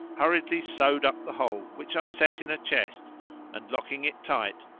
hurriedly sewed up the whole which i set in a chest and, locking it tight,